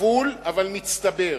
כפול אבל מצטבר,